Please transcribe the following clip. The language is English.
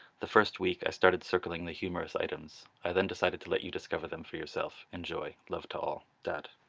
the first week i started circling the humorous items, i then decided to let you discover them for yourself. enjoy! love to all, dad